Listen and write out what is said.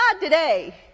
today